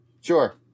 Sure